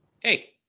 Hey